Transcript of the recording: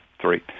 three